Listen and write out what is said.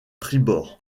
tribord